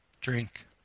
drink